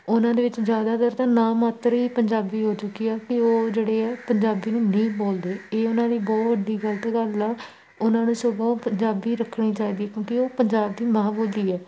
ਉਹਨਾਂ ਦੇ ਵਿੱਚ ਜ਼ਿਆਦਾਤਰ ਤਾਂ ਨਾ ਮਾਤਰ ਹੀ ਪੰਜਾਬੀ ਹੋ ਚੁੱਕੀ ਆ ਕਿ ਉਹ ਜਿਹੜੇ ਪੰਜਾਬੀ ਨੂੰ ਨਹੀਂ ਬੋਲਦੇ ਇਹ ਉਹਨਾਂ ਦੀ ਬਹੁਤ ਵੱਡੀ ਗਲਤ ਗੱਲ ਆ ਉਹਨਾਂ ਨੂੰ ਸਗੋਂ ਪੰਜਾਬੀ ਰੱਖਣੀ ਚਾਹੀਦੀ ਕਿਉਂਕਿ ਉਹ ਪੰਜਾਬ ਦੀ ਮਾਂ ਬੋਲੀ ਹੈ